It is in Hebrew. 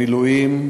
במילואים,